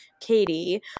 katie